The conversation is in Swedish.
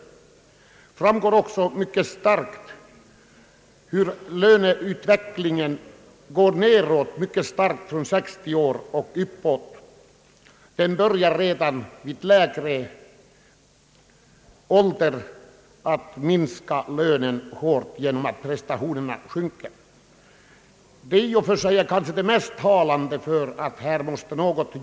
Det framgår mycket tydligt att skogsarbetarnas löneinkomster minskar kraftigt efter 60 års ålder eftersom prestationerna sjunker. Detta är kanske det mest slagkraftiga skälet för att något måste göras.